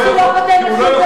השאלה אם היה אישור של השר,